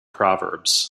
proverbs